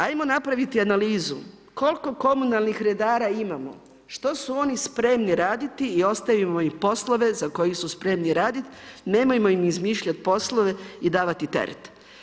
Ajmo napraviti analizu koliko komunalnih redara imamo, što su oni spremni raditi i ostavimo im poslove za koje su spremni raditi, nemojmo im izmišljati poslove i davati teret.